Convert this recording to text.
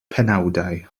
penawdau